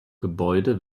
gebäude